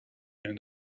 and